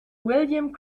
william